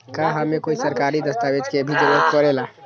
का हमे कोई सरकारी दस्तावेज के भी जरूरत परे ला?